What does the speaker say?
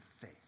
faith